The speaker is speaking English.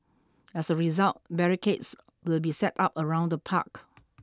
as a result barricades will be set up around the park